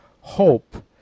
hope